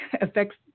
affects